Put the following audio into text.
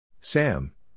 Sam